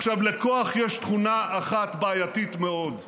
עכשיו, לכוח יש תכונה אחת בעייתית מאוד: